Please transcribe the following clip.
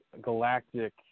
galactic